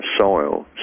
soil